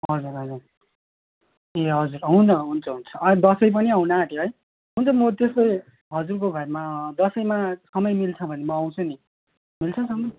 हजुर हजुर ए हजुर हुन्छ हुन्छ हुन्छ दसैँ पनि आउन आँट्यो है हुन्छ म त्यस्तै हजुरको घरमा दसैँमा समय मिल्छ भने म आउँछु नि मिल्छ समय